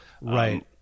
Right